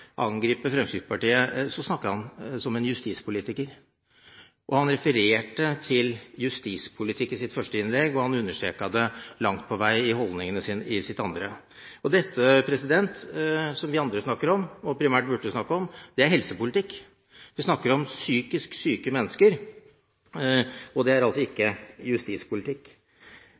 angripe Fremskrittspartiet, snakker han som en justispolitiker. Han refererte til justispolitikk i sitt første innlegg, og han understreket det langt på vei i sine holdninger i sitt andre innlegg. Dette, som vi andre snakker om, og som vi burde snakke om, er helsepolitikk. Vi snakker om psykisk syke mennesker, og det er ikke justispolitikk.